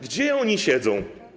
Gdzie oni siedzą?